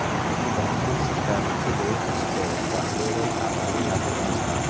నాకు banking sector నుంచి loan తీసుకోవచ్చా? ఏమేం కావాలి? నాకు లోన్ ఇస్తారా?